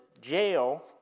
jail